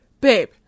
babe